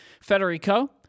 Federico